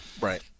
right